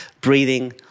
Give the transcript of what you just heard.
breathing